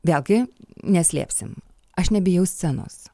vėlgi neslėpsim aš nebijau scenos